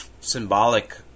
symbolic